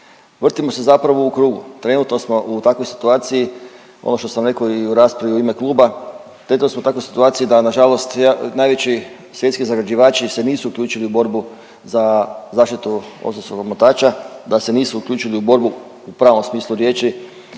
Vrtimo se zapravo u krugu. Trenutno smo u takvoj situaciju, ono što sam rekao i u raspravi u ime kluba, trenutno smo u takvoj situaciji da nažalost najveći svjetski zagađivači se nisu uključili u borbu za zaštitu ozonskog omotača, da se nisu uključili u borbu u pravom smislu riječi